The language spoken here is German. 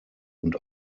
und